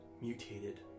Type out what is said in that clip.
mutated